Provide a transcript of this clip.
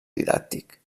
didàctic